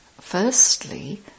Firstly